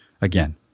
again